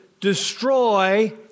destroy